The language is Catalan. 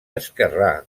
esquerrà